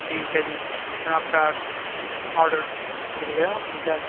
ٹھیک ہے جی میں آپ کا آڈر لِکھ لے رہا ہوں ٹھیک ہے